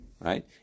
Right